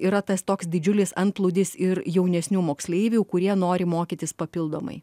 yra tas toks didžiulis antplūdis ir jaunesnių moksleivių kurie nori mokytis papildomai